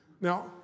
Now